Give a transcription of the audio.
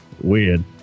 weird